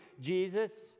Jesus